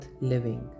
living